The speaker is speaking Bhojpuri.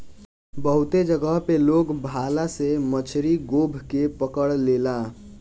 बहुते जगह पे लोग भाला से मछरी गोभ के पकड़ लेला